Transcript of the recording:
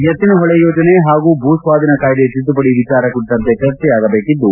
ಎತ್ತಿನಹೊಳೆ ಯೋಜನೆ ಹಾಗೂ ಭೂ ಸ್ವಾಧೀನ ಕಾಯ್ದೆ ತಿದ್ದುಪಡಿ ವಿಚಾರ ಕುರಿತಂತೆ ಚರ್ಚೆಯಾಗಬೇಕಿದ್ದು